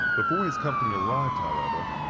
before his company arrived, however,